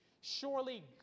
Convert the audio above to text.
Surely